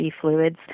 fluids